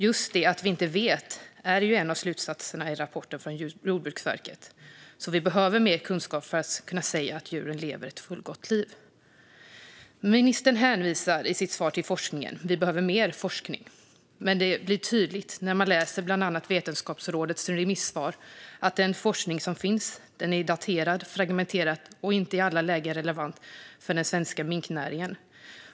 Just det att vi inte vet är en av slutsatserna i rapporten från Jordbruksverket. Vi behöver mer kunskap för att kunna säga att djuren lever ett fullgott liv. Ministern hänvisar i sitt svar till forskningen. Vi behöver mer forskning. Men det blir tydligt när man läser bland annat det vetenskapliga rådets remissvar att den forskning som finns är daterad, fragmenterad och inte i alla lägen relevant för den svenska minknäringen.